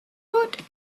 woot